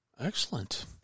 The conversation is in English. Excellent